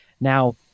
Now